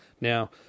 Now